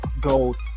gold